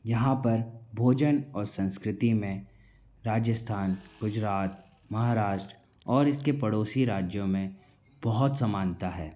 यहाँ पर भोजन और संस्कृति में राजस्थान गुजरात महाराष्ट्र और इसके पडोसी राज्यों में बहुत समानता है